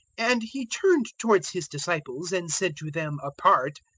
and he turned towards his disciples and said to them apart,